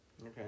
Okay